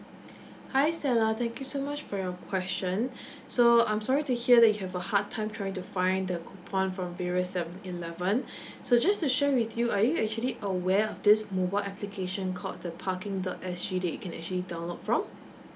hi stella thank you so much for your question so I'm sorry to hear that you have a hard time trying to find the coupon from various seven eleven so just to share with you are you actually aware of this mobile application called the parking dot S_G that you can actually download from